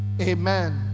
Amen